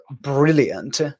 brilliant